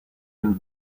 and